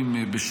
את יוצאת מהכלל.